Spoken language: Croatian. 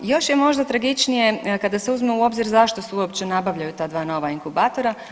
A još je možda tragičnije kada se uzme u obzir zašto se uopće nabavljaju ta dva nova inkubatora.